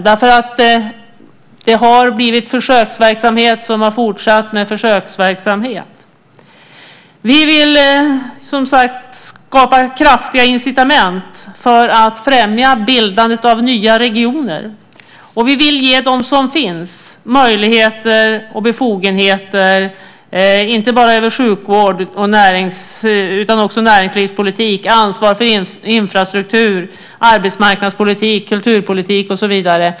Det har blivit försöksverksamhet som har fortsatt med försöksverksamhet. Vi vill skapa kraftiga incitament för att främja bildandet av nya regioner, och vi vill ge dem som finns möjligheter och befogenheter inte bara när det gäller sjukvård utan också när det gäller näringslivspolitik. Det handlar om ansvar för infrastruktur, arbetsmarknadspolitik, kulturpolitik och så vidare.